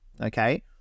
okay